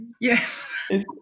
Yes